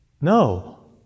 No